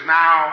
now